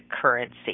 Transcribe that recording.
currency